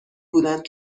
بودند